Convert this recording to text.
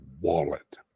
wallet